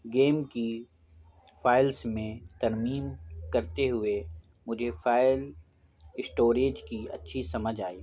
game کی files میں ترمیم کرتے ہوئے مجھے فائل اسٹوریج کی اچھی سمجھ آئی